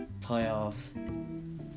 playoffs